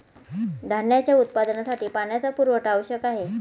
धान्याच्या उत्पादनासाठी पाण्याचा पुरवठा आवश्यक आहे